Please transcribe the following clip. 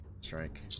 strike